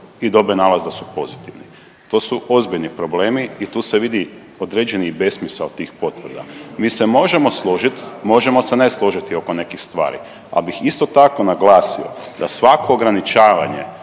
i dobe nalaz da su pozitivni. To su ozbiljni problemi i tu se vidi određeni besmisao tih potvrda. Mi se možemo složit, možemo ne složiti oko nekih stvari, ali bih isto tako naglasio da svako ograničavanje